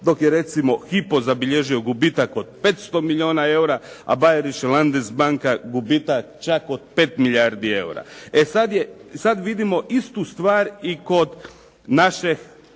dok je recimo Hypo zabilježio gubitak od 500 milijuna eura, a Bayerische landes banka gubitak čak od 5 milijardi eura. E sad vidimo istu stvar i kod našeg